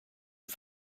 den